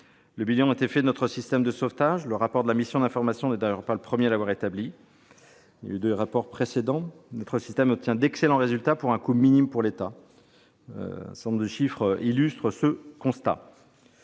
Le bilan a été fait de notre système de sauvetage. Le rapport de la mission d'information n'est d'ailleurs pas le premier à l'avoir établi. En effet, deux rapports précédents le relevaient déjà : notre système obtient d'excellents résultats pour un coût minime pour l'État. Un certain nombre de chiffres illustrent ce constat.